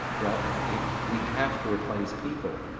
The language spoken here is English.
well yeah we have to replace people,